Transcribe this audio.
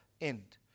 end